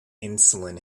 insulin